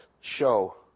show